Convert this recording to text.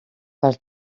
per